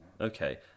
Okay